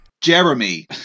Jeremy